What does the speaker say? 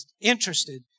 interested